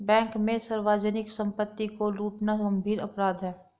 bank में सार्वजनिक सम्पत्ति को लूटना गम्भीर अपराध है